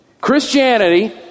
Christianity